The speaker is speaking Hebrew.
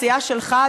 הסיעה שלך,